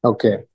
Okay